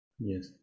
Yes